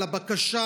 לבקשה,